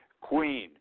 Queen